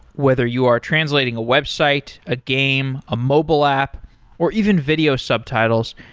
whether you are translating a website, a game, a mobile app or even video subtitles,